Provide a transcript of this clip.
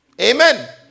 Amen